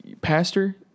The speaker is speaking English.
pastor